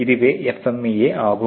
இதுவே FMEA ஆகும்